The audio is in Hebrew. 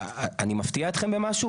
אני מבטיח אתכם במשהו?